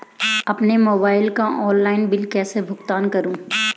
अपने मोबाइल का online bill कैसे भुगतान करूं?